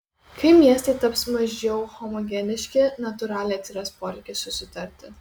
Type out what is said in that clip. kai miestai taps mažiau homogeniški natūraliai atsiras poreikis susitarti